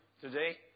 today